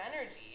energy